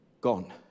gone